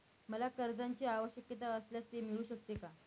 मला कर्जांची आवश्यकता असल्यास ते मिळू शकते का?